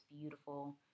beautiful